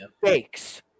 fakes